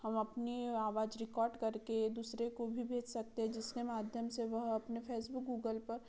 हम अपनी आवाज रिकाॅर्ड करके दूसरे को भी भेज सकते हैं जिसके माध्यम से वह अपने फेसबुक गूगल पर